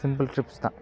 simple tips தான்